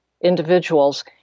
individuals